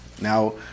now